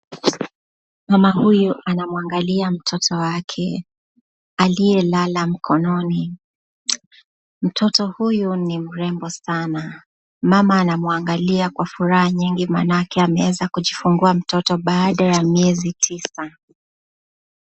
Mama huyu anamwangalia mtoto wake aliyelala mkononi. Mtoto huyu ni mrembo sana. Mama anamwangalia kwa furaha nyingi maanake ameweza kujifungua mtoto baada ya miezi tisa.